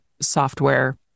software